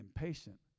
impatient